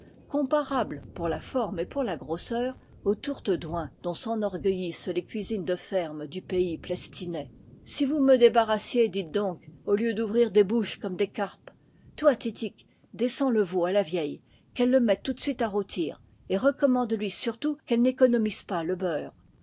comparable pour la forme et pour la grosseur aux tourtes d'oing dont s'en orgueillissent les cuisines de ferme du pays plestinais si vous me débarrassiez dites donc au lieu d'ouvrir des bouches comme des carpes toi titik descends le veau à la vieille qu'elle le mette tout de suite à rôtir et recommande lui surtout qu'elle n'économise pas le beurre